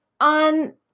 on